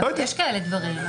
אבל יש כאלה דברים.